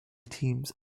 teams